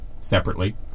separately